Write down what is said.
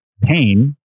pain